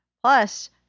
plus